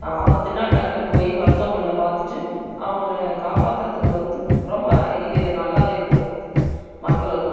ஆபத்துனால் டக்குன்னு போய் மருத்துவமனையில் பார்த்துட்டு அவங்களை காப்பாத்துவதுக்கு வந்து ரொம்ப நல்லாதா இருக்கும் மக்களுக்கும்